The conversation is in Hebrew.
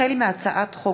החל בהצעת חוק